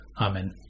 Amen